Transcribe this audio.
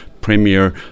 premier